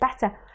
better